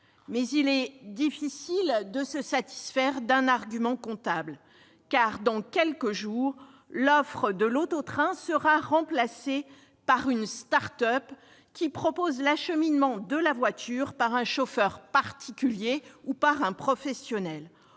Mais il est difficile de se satisfaire d'un argument comptable. Dans quelques jours, l'auto-train sera remplacé par une start-up qui propose l'acheminement par un chauffeur particulier ou par un professionnel.